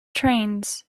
trains